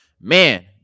Man